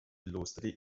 illustri